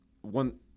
one